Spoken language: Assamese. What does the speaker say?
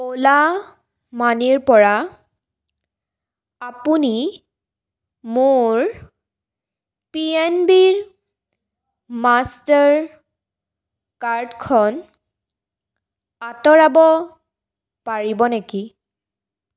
অ'লা মানিৰ পৰা আপুনি মোৰ পি এন বিৰ মাষ্টাৰ কাৰ্ডখন আঁতৰাব পাৰিব নেকি